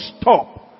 stop